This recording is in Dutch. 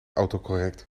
autocorrect